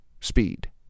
speed